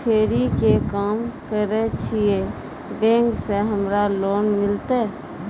फेरी के काम करे छियै, बैंक से हमरा लोन मिलतै?